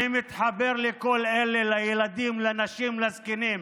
אני מתחבר לכל אלה, לילדים, לנשים, לזקנים,